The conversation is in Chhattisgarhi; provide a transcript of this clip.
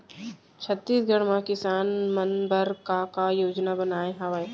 छत्तीसगढ़ म किसान मन बर का का योजनाएं हवय?